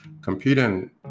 competing